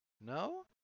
No